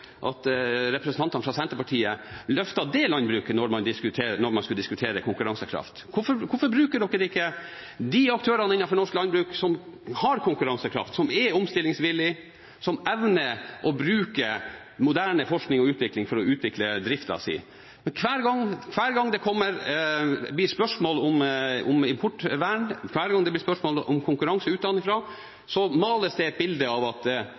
representantene fra Senterpartiet løftet det landbruket når man skal diskutere konkurransekraft. Hvorfor bruker man ikke de aktørene innenfor norsk landbruk som har konkurransekraft, som er omstillingsvillig, og som evner å bruke moderne forskning og utvikling for å utvikle driften sin? Hver gang det blir spørsmål om importvern, og hver gang det blir spørsmål om konkurranse utenfra, males det et bilde av at alle norske bønder vil dø. Når Høyre sier at vi skal ha et balansert importvern, er det i erkjennelse av at